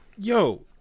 Yo